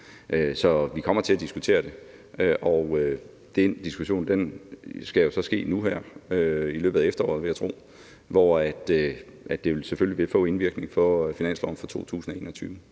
Så vi kommer til at diskutere det, og den diskussion skal ske nu her i løbet af efteråret, vil jeg tro, hvor det selvfølgelig vil få indvirkning på finansloven for 2021.